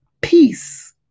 peace